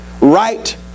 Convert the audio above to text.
right